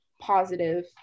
positive